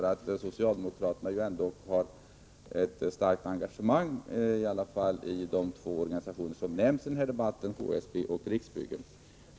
Socialdemokraterna har ju ändå ett starkt engagemang i de två organisationer som nämnts i den här debatten, HSB och Riksbyggen.